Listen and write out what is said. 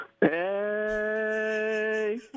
Hey